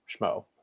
schmo